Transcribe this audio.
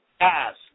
ask